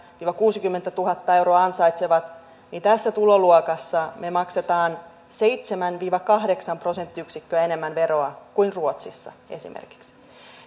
viiva kuusikymmentätuhatta euroa ansaitsevat niin tässä tuloluokassa me maksamme seitsemän viiva kahdeksan prosenttiyksikköä enemmän veroa kuin ruotsissa esimerkiksi